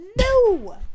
No